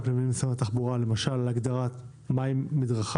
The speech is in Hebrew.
פנים לבין משרד התחבורה למשל לגבי ההגדרה של מהי מדרכה,